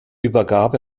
übergab